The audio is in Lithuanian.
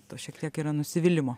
to šiek tiek yra nusivylimo